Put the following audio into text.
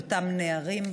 באותם נערים,